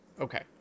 Okay